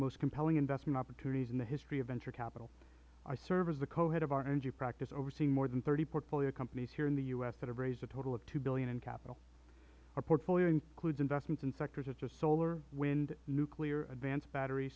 most compelling investment opportunities in the history of venture capital i serve as the co head of our energy practice overseeing more than thirty portfolio companies here in the u s that have raised a total of two dollars billion in capital our portfolio includes investments in sectors such as solar wind nuclear advanced battery